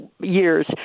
years